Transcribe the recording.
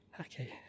Okay